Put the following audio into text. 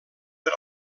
per